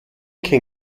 kein